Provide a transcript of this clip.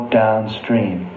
downstream